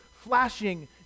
flashing